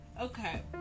Okay